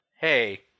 hey